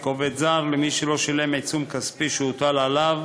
עובד זר למי שלא שילם עיצום כספי שהוטל עליו